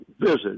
visit